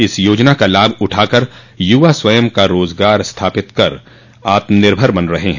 इस योजना का लाभ उठा कर युवा स्वयं का रोजगार स्थापित कर आत्मनिर्भर बन रहे हैं